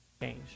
Change